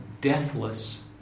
deathless